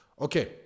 okay